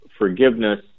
Forgiveness